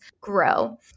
grow